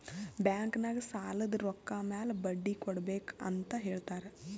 bank ನಾಗ್ ಸಾಲದ್ ರೊಕ್ಕ ಮ್ಯಾಲ ಬಡ್ಡಿ ಕೊಡ್ಬೇಕ್ ಅಂತ್ ಹೇಳ್ತಾರ್